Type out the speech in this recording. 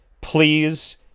please